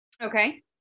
Okay